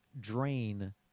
drain